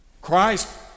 Christ